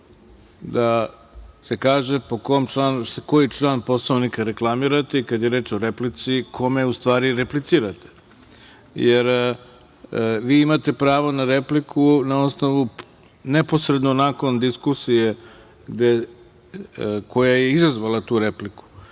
da se kaže koji član Poslovnika reklamirate i kada je reč o replici kome u stvari replicirate, jer vi imate pravo na repliku neposredno nakon diskusije koja je izazvala tu repliku.